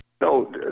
no